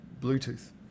bluetooth